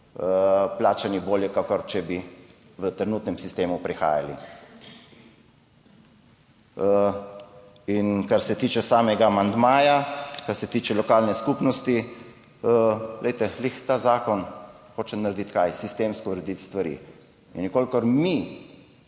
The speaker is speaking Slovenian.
plačani bolje, kakor če bi v trenutnem sistemu prihajali. Kar se tiče samega amandmaja, kar se tiče lokalne skupnosti. Glejte, glih ta zakon hoče narediti kaj? sistemsko, urediti stvari in v kolikor mi